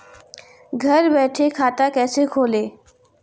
घर बैठे खाता कैसे खोलें?